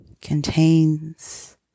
contains